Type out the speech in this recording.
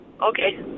Okay